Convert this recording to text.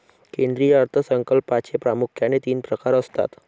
केंद्रीय अर्थ संकल्पाचे प्रामुख्याने तीन प्रकार असतात